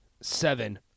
seven